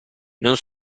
non